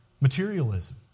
Materialism